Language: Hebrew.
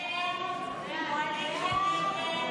הסתייגות 63 לא נתקבלה.